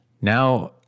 Now